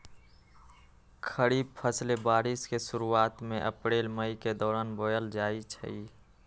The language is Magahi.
खरीफ फसलें बारिश के शुरूवात में अप्रैल मई के दौरान बोयल जाई छई